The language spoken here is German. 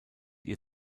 ihr